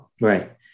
Right